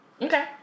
Okay